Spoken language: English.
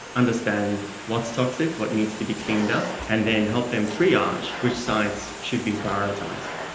understand what's toxic, what needs to be cleaned up, and then help them triage which sites should be prioritised.